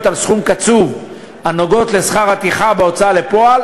על סכום קצוב הנוגעות בשכר הטרחה בהוצאה לפועל